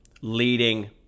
leading